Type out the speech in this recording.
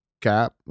Cap